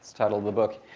title of the book.